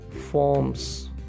forms